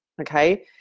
okay